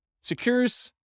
secures